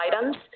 items